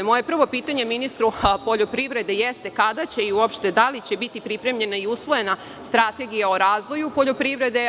Moje prvo pitanje ministru poljoprivrede jeste kada će i uopšte da li će biti pripremljena i usvojena strategija o razvoju poljoprivrede?